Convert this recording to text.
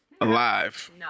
alive